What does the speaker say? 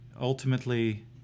ultimately